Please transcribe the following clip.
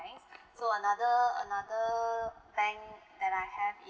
so another another bank that I have is